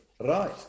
Right